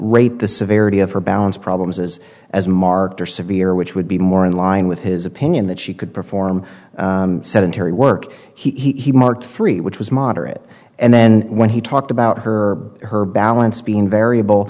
rate the severity of her balance problems as as marked or severe which would be more in line with his opinion that she could perform sedentary work he marked three which was moderate and then when he talked about her her balance being variable